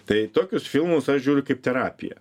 tai tokius filmus aš žiūriu kaip terapiją